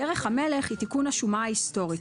דרך המלך היא תיקון השומה ההיסטורית,